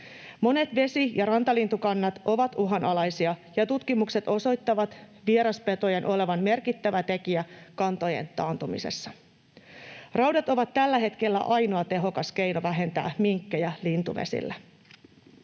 Monet vesi‑ ja rantalintukannat ovat uhanalaisia, ja tutkimukset osoittavat vieraspetojen olevan merkittävä tekijä kantojen taantumisessa. Raudat ovat tällä hetkellä ainoa tehokas keino vähentää minkkejä lintuvesillä.